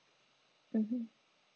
mmhmm